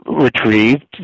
retrieved